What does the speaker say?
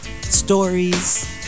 stories